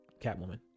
Catwoman